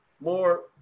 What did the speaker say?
more